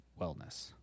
Wellness